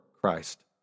Christ